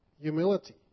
humility